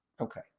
Okay